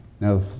Now